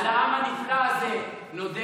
על העם הנפלא הזה נודה.